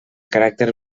caràcter